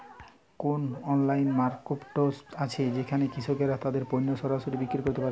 কোন online marketplace আছে যেখানে কৃষকরা তাদের পণ্য সরাসরি বিক্রি করতে পারে?